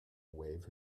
wave